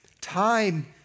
Time